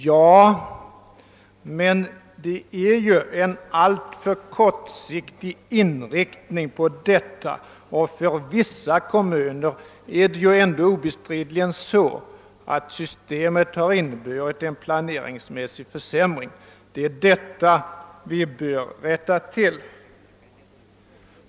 Ja, men den har inte en tillräckligt långsiktig inriktning, och för vissa kommuner har systemet obestridligen inneburit en planeringsmässig försämring. Det är detta vi bör rätta till.